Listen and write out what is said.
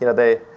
you know they,